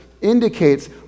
indicates